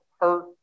hurt